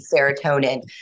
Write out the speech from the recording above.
serotonin